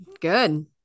Good